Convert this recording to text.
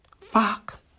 Fuck